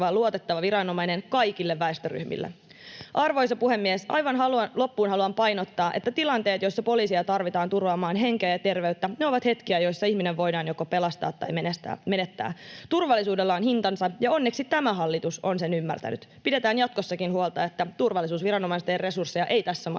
oltava luotettava viranomainen kaikille väestöryhmille. Arvoisa puhemies! Aivan loppuun haluan painottaa, että tilanteet, joissa poliisia tarvitaan turvaamaan henkeä ja terveyttä, ovat hetkiä, joissa ihminen voidaan joko pelastaa ja menettää. Turvallisuudella on hintansa, ja onneksi tämä hallitus on sen ymmärtänyt. Pidetään jatkossakin huolta, että turvallisuusviranomaisten resursseja ei tässä maassa